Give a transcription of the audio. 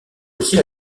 aussi